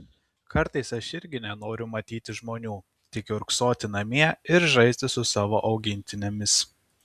kartais aš irgi nenoriu matyti žmonių tik kiurksoti namie ir žaisti su savo augintinėmis